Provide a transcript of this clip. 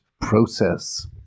process